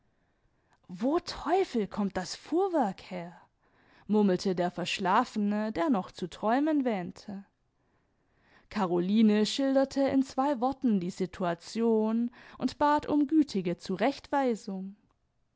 wo teufel kommt das fuhrwerk her murmelte der verschlafene der noch zu träumen wähnte caroline schilderte in zwei worten die situation und bat um gütige zurechtweisung